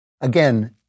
Again